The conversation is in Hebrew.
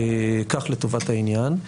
כך לטובת העניין.